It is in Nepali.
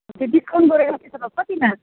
त्यो डिस्काउन्ट गरेर त्यसो भए कति लाग्छ